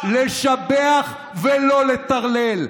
לשבח ולא לטרלל.